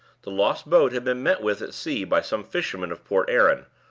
the lost boat had been met with at sea by some fishermen of port erin,